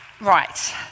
Right